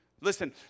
Listen